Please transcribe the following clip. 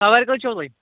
سوارِ کٔژ چھَو تۅہہِ